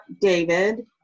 David